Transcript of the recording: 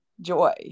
joy